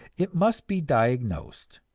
it must be diagnosed,